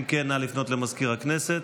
אם כן, נא לפנות למזכיר הכנסת.